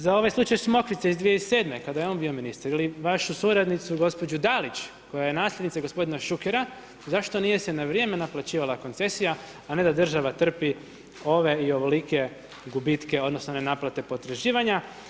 Za ovaj slučaj Smokvice iz 2007. kada je on bio ministar ili vašu suradnicu gospođu Dalić, koja je nasljednica gospodina Šukera, zašto nije se na vrijeme naplaćivala koncesija a ne da država trpi ove i ovolike gubitke odnosno ne naplate potraživanja.